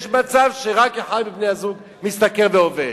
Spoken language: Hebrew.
יש מצב שרק אחד מבני-הזוג משתכר ועובד,